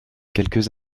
quelques